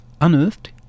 unearthed